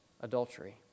adultery